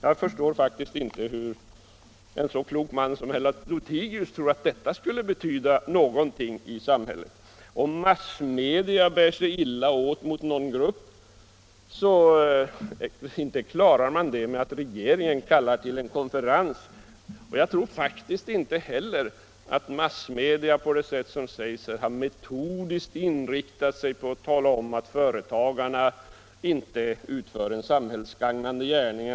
Jag förstår faktiskt inte hur en så klok man som herr Lothigius kan tro att en sådan konferens skulle betyda någonting. Om massmedia bär sig illa åt mot någon grupp, så klarar man väl inte upp det genom att regeringen kallar till en konferens. Jag tror faktiskt inte heller att massmedia på något sätt, som motionären påstår, metodiskt har inriktat sig på att tala om att företagarna inte utför en samhällsgagnande gärning.